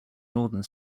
northern